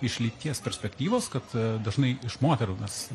iš lyties perspektyvos kad dažnai iš moterų mes